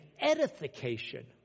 edification